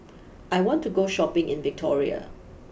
I want to go Shopping in Victoria